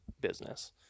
business